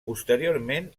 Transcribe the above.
posteriorment